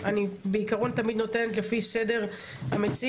בעיקרון אני תמיד נותנת לפי סדר המציעים,